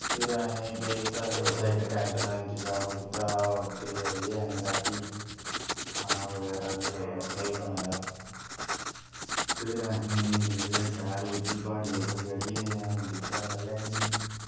फिर असें केह् कीता उत्थें इक टैंट दा इंतज़ाम कीता ओह्दे च रेह् असीं रातीं खाना बगैरा बी उ'ऐ असें उत्थें गै बनाया फिर असें जिसलै शैल उच्ची प्हाड़ी उप्पर चढ़ियै दिक्खेआ मतलब कि